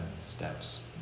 steps